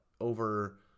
over